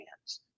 hands